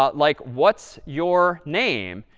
ah like what's your name,